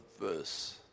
verse